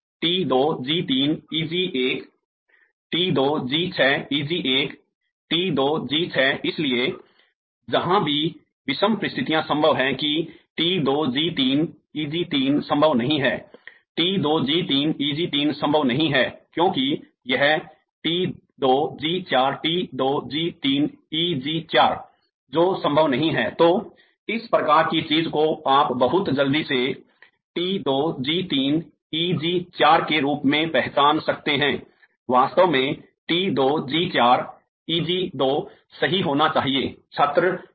t2g3 eg1 t2g6 eg1 t2g6 इसलिए जहां भी विषम परिस्थितियां संभव है कि t2g3 e g3 संभव नहीं है t2g3 e g3 संभव नहीं है क्योंकि यह t2g4 t2g3 eg4 जो संभव नहीं है l तो इस प्रकार की चीज को आप बहुत जल्दी से t2g3 eg4 के रूप में पहचान सकते हैं वास्तव में t2g4 eg2 सही होना चाहिए l छात्र क्यों